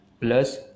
plus